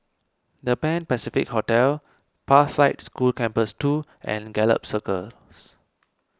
the Pan Pacific Hotel Pathlight School Campus two and Gallop Circus